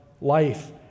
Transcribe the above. life